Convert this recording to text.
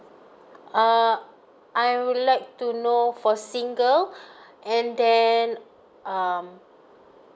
uh I would like to know for single and then um